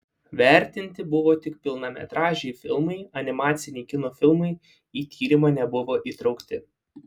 vertinti buvo tik pilnametražiai filmai animaciniai kino filmai į tyrimą nebuvo įtraukti